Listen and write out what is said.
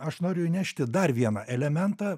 aš noriu įnešti dar vieną elementą